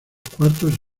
cuartos